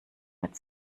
mit